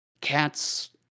Cats